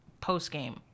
post-game